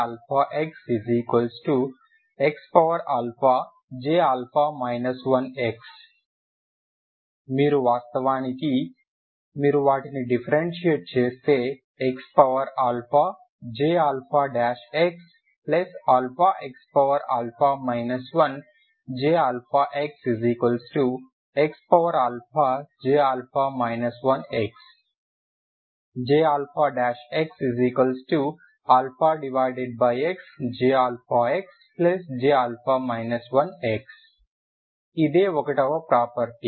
అందులో ddxxJxxJα 1x మీరు వాస్తవానికి మీరు వాటిని డిఫరెన్షియేట్ చేస్తే xJxαxα 1JxxJα 1x JxxJxJα 1x ఇదే 1 వ ప్రాపర్టీ